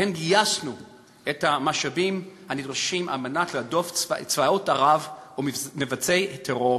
שבהם גייסנו את המשאבים הנדרשים כדי להדוף את צבאות ערב ומבצעי טרור,